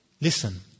Listen